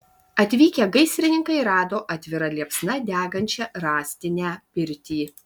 atvykę gaisrininkai rado atvira liepsna degančią rąstinę pirtį